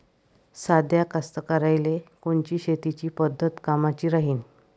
साध्या कास्तकाराइले कोनची शेतीची पद्धत कामाची राहीन?